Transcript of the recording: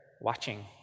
watching